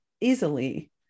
easily